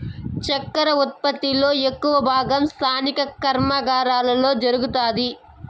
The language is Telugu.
చక్కర ఉత్పత్తి లో ఎక్కువ భాగం స్థానిక కర్మాగారాలలోనే జరుగుతాది